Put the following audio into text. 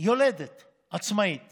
יולדת עצמאית